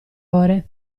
ore